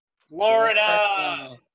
Florida